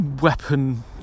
weapon